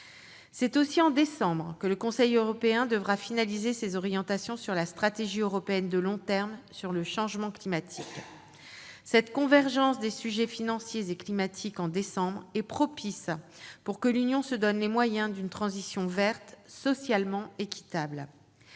C'est aussi en décembre que le Conseil européen devra finaliser ses orientations sur la stratégie européenne de long terme sur le changement climatique. Cette convergence des sujets financiers et climatiques en décembre est propice pour que l'Union se donne les moyens d'une transition verte socialement équitable.